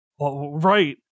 Right